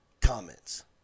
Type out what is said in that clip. comments